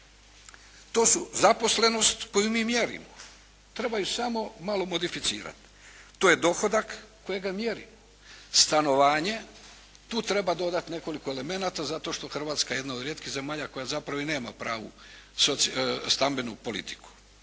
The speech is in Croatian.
To su zaposlenost koju mi mjerimo. Treba ju samo malo modificirati. To je dohodak kojega mjerimo. Stanovanje, tu treba dodati nekoliko elemenata zato što je Hrvatska jedna od rijetkih zemalja koja zapravo i nema pravu stambenu politiku.